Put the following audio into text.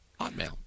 hotmail